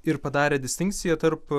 ir padarė distinkciją tarp